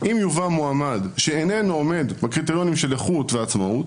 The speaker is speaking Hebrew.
אם יובא מועמד שאיננו עומד בקריטריונים של איכות ועצמאות,